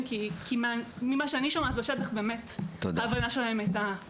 כי ממה שאני שומעת בשטח ההבנה לקתה בחסר.